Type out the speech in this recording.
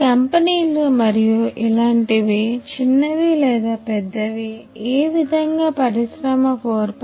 ఈ కంపెనీలు మరియు ఇలాంటివి చిన్నవి లేదా పెద్దవి ఏ విధంగా పరిశ్రమ 4